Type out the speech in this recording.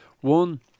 One